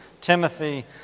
Timothy